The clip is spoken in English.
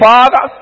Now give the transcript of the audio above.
Father